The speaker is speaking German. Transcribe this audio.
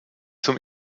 zum